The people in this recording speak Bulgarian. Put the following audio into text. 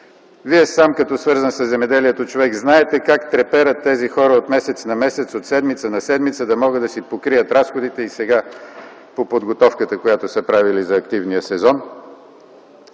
Вие сам, като свързан със земеделието човек, знаете как треперят тези хора от месец на месец, от седмица на седмица, за да могат да си покрият разходите и сега по подготовката, която са правили за активния сезон.